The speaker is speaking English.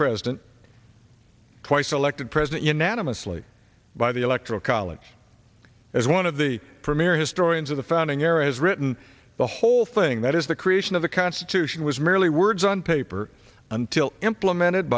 president twice elected president unanimously by the electoral college as one of the premier historians of the founding era has written the whole thing that is the creation of the constitution was merely words on paper until implemented